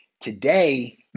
Today